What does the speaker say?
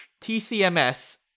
TCMS